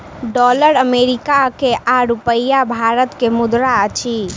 dollar America के आ रूपया भारत के मुद्रा अछि